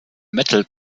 metal